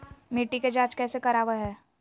मिट्टी के जांच कैसे करावय है?